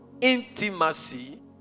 intimacy